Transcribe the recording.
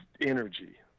energy